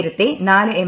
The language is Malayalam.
നേരത്തെ നാല് എം